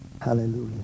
Hallelujah